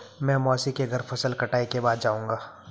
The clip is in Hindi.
मैं मौसी के घर फसल कटाई के बाद जाऊंगा